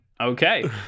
okay